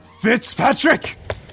Fitzpatrick